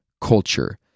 culture